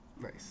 nice